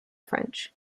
french